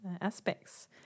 aspects